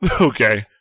Okay